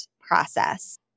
process